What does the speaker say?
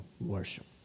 worship